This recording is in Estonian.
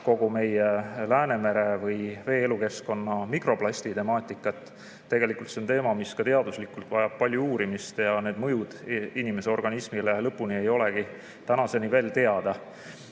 kogu meie Läänemere või vee-elukeskkonna mikroplasti temaatikat. Tegelikult see on teema, mis ka teaduslikult vajab palju uurimist – need mõjud inimese organismile ei ole veel teada.